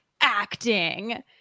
acting